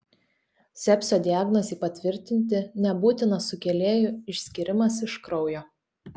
sepsio diagnozei patvirtinti nebūtinas sukėlėjų išskyrimas iš kraujo